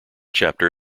chapter